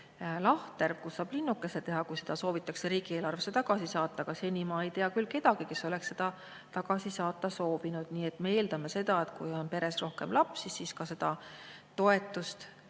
ka lahter, kuhu saab linnukese teha, kui seda [toetust] soovitakse riigieelarvesse tagasi saata. Aga seni ma ei tea küll kedagi, kes oleks seda tagasi saata soovinud. Nii et me eeldame, et kui peres on rohkem lapsi, siis ka seda toetust,